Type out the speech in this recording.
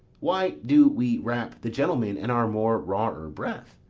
why do we wrap the gentleman in our more rawer breath?